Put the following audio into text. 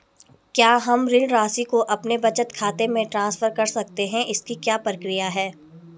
क्या हम ऋण राशि को अपने बचत खाते में ट्रांसफर कर सकते हैं इसकी क्या प्रक्रिया है?